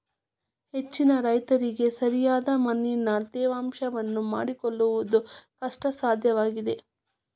ಹೆಚ್ಚಿನ ರೈತರಿಗೆ ಸರಿಯಾದ ಮಣ್ಣಿನ ತೇವಾಂಶವನ್ನು ಮಾಡಿಕೊಳ್ಳವುದು ಕಷ್ಟಸಾಧ್ಯವಾಗಿದೆ